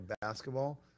Basketball